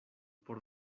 por